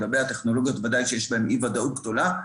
לגבי הטכנולוגיות, בוודאי שיש להן אי ודאות גדולה.